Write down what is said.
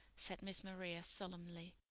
said miss maria solemnly.